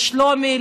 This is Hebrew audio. שלומי,